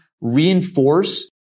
reinforce